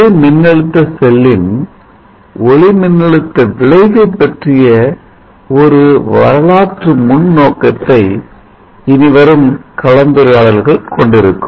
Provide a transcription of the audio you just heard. ஒளிமின்னழுத்த செல்லின் ஒளிமின்னழுத்த விளைவைப் பற்றிய ஒரு வரலாற்று முன் நோக்கத்தை இனிவரும் கலந்துரையாடல்கள் கொண்டிருக்கும்